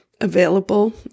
available